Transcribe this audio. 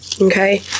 Okay